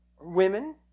women